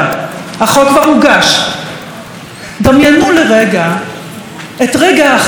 דמיינו לרגע את רגע האחדות הזה שיכול להיות כאן בכנסת ישראל.